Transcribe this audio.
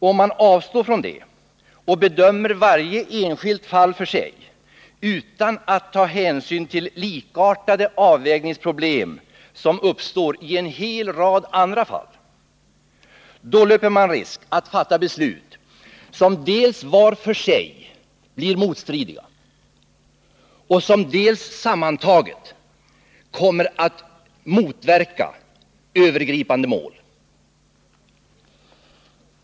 Om man avstår från detta och bedömer varje enskilt fall för sig utan att ta hänsyn till likartade avvägningsproblem som uppstår i en hel rad andra fall, löper man risk att fatta beslut som dels var för sig blir motstridiga, dels sammantaget kommer att motverka övergripande mål.